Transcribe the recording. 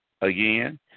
again